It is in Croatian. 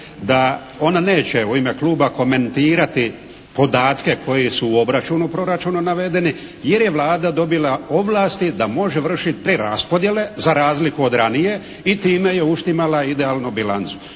da ona neće u ime kluba komentirati podatke koji su u obračunu proračuna navedeni jer je Vlada dobila ovlasti da može vršiti preraspodjele za razliku od ranije i time je uštimala idealnu bilancu.